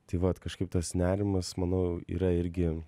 tai vat kažkaip tas nerimas manau yra irgi